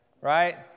right